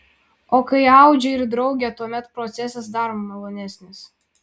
o kai audžia ir draugė tuomet procesas dar malonesnis